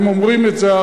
הם אומרים את זה,